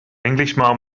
englishman